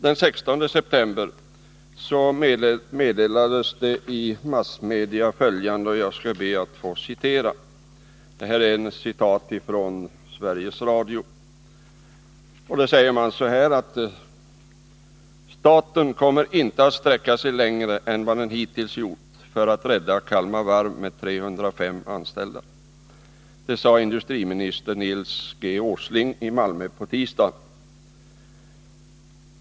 Den 16 september lämnades följande meddelande i massmedia; jag citerar ur nyhetsuppläsningen i Sveriges Radio: ”Staten kommer inte att sträcka sig längre än vad man hittills gjort för att rädda Kalmar Varv med 305 anställda. Det sade industriminister Nils G. Åsling i Malmö på tisdagen.